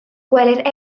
gwelir